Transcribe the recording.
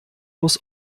muss